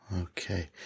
Okay